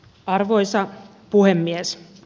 arvoisa puhemies